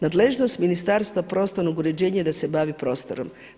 Nadležnost Ministarstva prostornog uređenja je da se bavi prostorom.